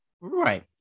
Right